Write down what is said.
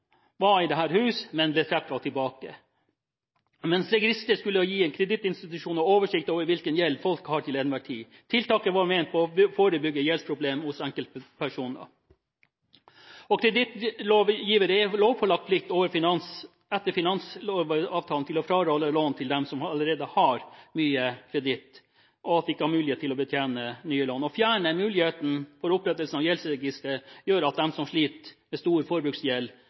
var her i huset, men ble trukket tilbake. Registeret skulle gi kredittinstitusjonene oversikt over hvilken gjeld folk har til enhver tid. Tiltaket var ment å forebygge gjeldsproblemer hos enkeltpersoner. Kredittlångiverne er etter finansavtaleloven pålagt plikt til å fraråde lån til dem som allerede har mye kreditt og ikke mulighet til å betjene nye lån. Å fjerne muligheten for opprettelsen av et gjeldsregister gjør at de som sliter med stor forbruksgjeld,